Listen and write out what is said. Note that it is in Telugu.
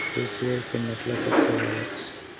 యూ.పీ.ఐ పిన్ ఎట్లా సెట్ చేయాలే?